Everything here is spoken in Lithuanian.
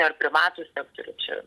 ar privatų sektorių čia